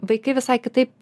vaikai visai kitaip